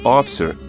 Officer